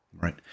Right